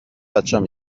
بچم